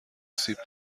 سیب